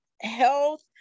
health